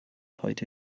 heute